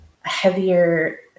heavier